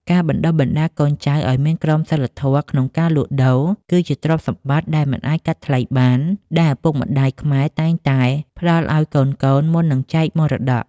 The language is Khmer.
ការបណ្ដុះបណ្ដាលកូនចៅឱ្យមានក្រមសីលធម៌ក្នុងការលក់ដូរ គឺជាទ្រព្យសម្បត្តិដែលមិនអាចកាត់ថ្លៃបាន ដែលឪពុកម្ដាយខ្មែរតែងតែផ្ដល់ឱ្យកូនៗមុននឹងចែកមរតក។